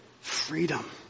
freedom